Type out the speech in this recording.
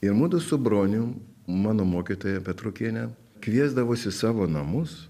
ir mudu su bronium mano mokytoja petrokienė kviesdavos į savo namus